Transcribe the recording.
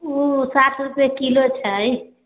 ओ साठि रूपआ किलो छै